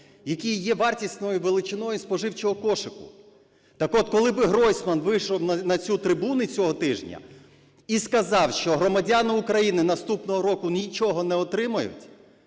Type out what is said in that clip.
які є вартісною величиною споживчого кошику. Так от, коли би Гройсман вийшов на цю трибуну цього тижня і сказав, що громадяни України наступного року нічого не отримають,